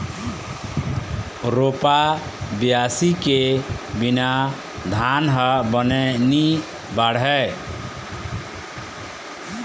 रोपा, बियासी के बिना धान ह बने नी बाढ़य